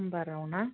समबाराव ना